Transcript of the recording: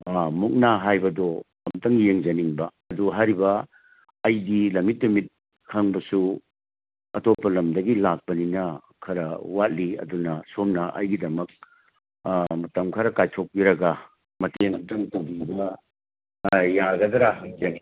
ꯃꯨꯛꯅꯥ ꯍꯥꯏꯕꯗꯣ ꯑꯃꯨꯛꯇꯪ ꯌꯦꯡꯖꯅꯤꯡꯕ ꯑꯗꯨ ꯍꯥꯏꯔꯤꯕ ꯑꯩꯒꯤ ꯂꯝꯃꯤꯠ ꯇꯨꯃꯤꯠ ꯈꯪꯕꯁꯨ ꯑꯇꯣꯞꯄ ꯂꯝꯗꯒꯤ ꯂꯥꯛꯄꯅꯤꯅ ꯈꯔ ꯋꯥꯠꯂꯤ ꯑꯗꯨꯅ ꯁꯣꯝꯅ ꯑꯩꯒꯤꯗꯃꯛ ꯃꯇꯝ ꯈꯔ ꯀꯥꯏꯊꯣꯛꯄꯤꯔꯒ ꯃꯇꯦꯡ ꯑꯃꯇꯪ ꯇꯧꯕꯤꯕ ꯌꯥꯒꯗ꯭ꯔꯥ ꯍꯪꯖꯅꯤꯡꯕ